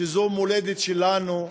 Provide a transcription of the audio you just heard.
שזו המולדת שלנו.